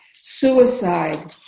Suicide